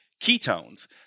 ketones